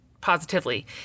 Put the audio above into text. Positively